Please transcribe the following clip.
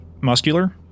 muscular